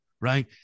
right